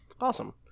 Awesome